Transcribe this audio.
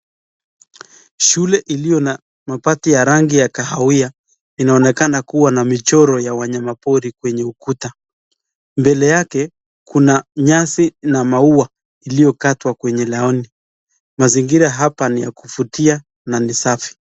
Shule iliyo na mapati ya rangi ya kahawia, inaonekana kuwa na michoro ya wanyamapori kwenye ukuta. Mbele yake kuna nyasi na maua iliyokatwa kwenye laoni, mazingira hapa ni ya kuvutia na ni safi.